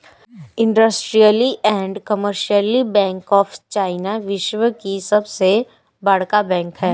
industrial and commercial bank of China विश्व की सबसे बड़का बैंक ह